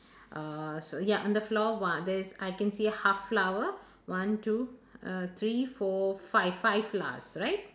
uh so ya on the floor one I can see half flower one two uh three four five five flowers right